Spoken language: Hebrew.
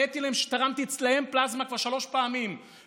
הראיתי להם שתרמתי אצלם פלזמה כבר שלוש פעמים,